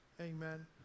Amen